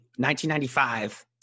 1995